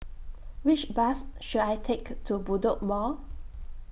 Which Bus should I Take to Bedok Mall